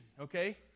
okay